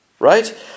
right